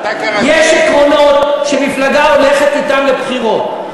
יש עקרונות שמפלגה הולכת אתם לבחירות,